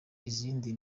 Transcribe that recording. izindi